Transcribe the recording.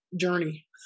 journey